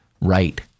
right